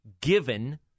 given